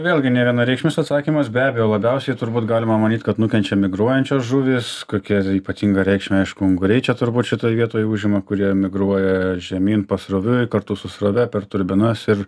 vėlgi nevienareikšmis atsakymas be abejo labiausiai turbūt galima manyt kad nukenčia migruojančios žuvys kokią ypatingą reikšmę aišku unguriai čia turbūt šitoj vietoj užima kurie migruoja žemyn pasroviui kartu su srove per turbinas ir